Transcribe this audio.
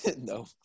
No